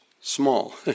small